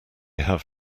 have